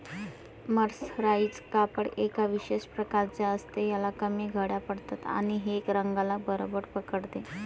mercerise कापड एका विशेष प्रकारचे असते, ह्याला कमी घड्या पडतात आणि हे रंगाला बरोबर पकडते